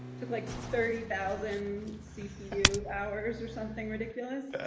took like thirty thousand cpu hours or something ridiculous.